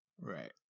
Right